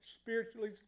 spiritually